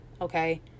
okay